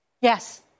Yes